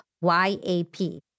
Y-A-P